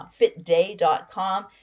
fitday.com